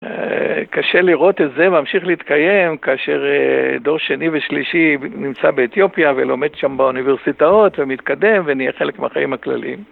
קשה לראות את זה, ממשיך להתקיים כאשר דור שני ושלישי נמצא באתיופיה ולומד שם באוניברסיטאות ומתקדם ונהיה חלק מהחיים הכלליים.